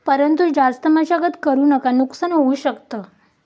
परंतु जास्त मशागत करु नका नुकसान होऊ शकत